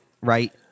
right